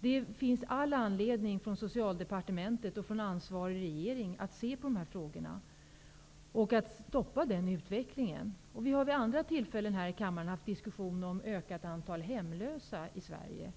Det finns all anledning för Socialdepartementet och den ansvariga regeringen att se över dessa frågor för att stoppa denna utveckling. Vi har vid andra tillfällen här i kammaren diskuterat det ökade antalet hemlösa i Sverige.